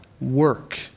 work